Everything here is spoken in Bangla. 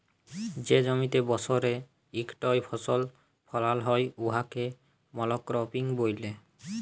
যে জমিতে বসরে ইকটই ফসল ফলাল হ্যয় উয়াকে মলক্রপিং ব্যলে